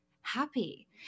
happy